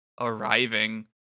arriving